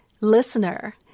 listener